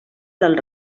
del